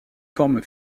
forme